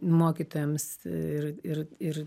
mokytojams ir ir ir